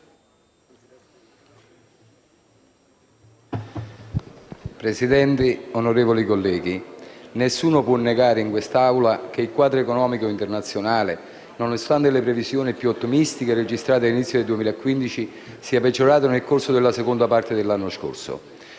Presidente, onorevoli colleghi, nessuno può negare in quest'Aula che il quadro economico internazionale, nonostante le previsioni più ottimistiche registrate a inizio 2015, sia peggiorato nel corso della seconda parte dello scorso